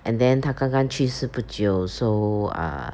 and then 他刚刚去世不久 so err